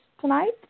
tonight